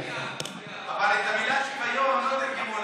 את המילה "שוויון" לא תרגמו לערבית.